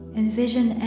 envision